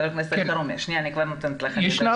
ח"כ אלחרומי בבקשה.